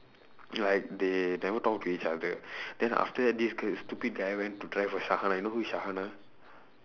like they never talk to each other then after that this girl stupid guy went to try for you know who is